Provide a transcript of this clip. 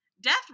Death